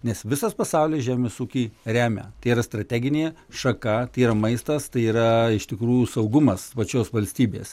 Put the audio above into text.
nes visas pasaulis žemės ūkį remia tai yra strateginė šaka tai yra maistas tai yra iš tikrųjų saugumas pačios valstybės